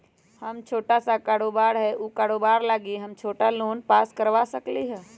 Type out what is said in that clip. हमर छोटा सा कारोबार है उ कारोबार लागी हम छोटा लोन पास करवा सकली ह?